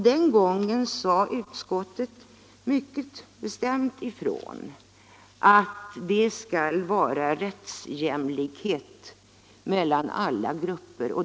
Den gången sade utskottet mycket bestämt ifrån att det skall vara rättsjämlikhet mellan alla grupper.